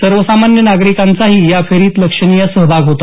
सर्वसामान्य नागरिकांचाही या फेरीत लक्षणीय सहभाग होता